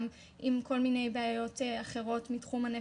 גם עם כל מיני בעיות אחרות מתחום הנפש,